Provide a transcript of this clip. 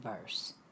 verse